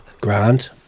Grant